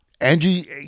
Angie